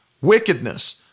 wickedness